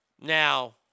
Now